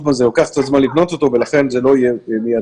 זה לוקח קצת זמן לבנות אותו ולכן זה לא יהיה מיידי.